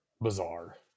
bizarre